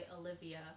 Olivia